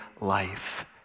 life